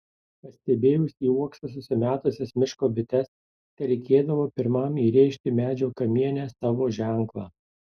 pastebėjus į uoksą susimetusias miško bites tereikėdavo pirmam įrėžti medžio kamiene savo ženklą